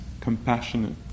compassionate